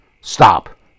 Stop